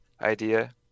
idea